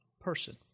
person